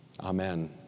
amen